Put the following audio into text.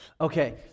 Okay